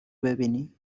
ببینی